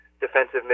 defensive